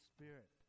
Spirit